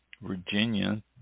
Virginia